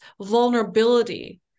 vulnerability